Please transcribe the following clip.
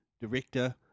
director